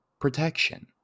protection